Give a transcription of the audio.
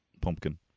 pumpkin